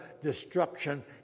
destruction